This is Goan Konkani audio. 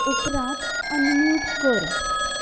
उपरात अनम्यूट कर